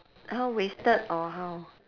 how wasted or how